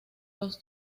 los